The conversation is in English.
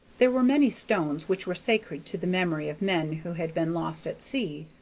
there were many stones which were sacred to the memory of men who had been lost at sea,